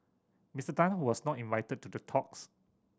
Mister Tan who was not invited to the talks